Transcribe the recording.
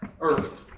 earth